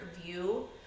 view